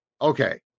okay